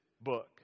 book